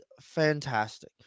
fantastic